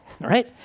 right